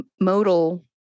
modal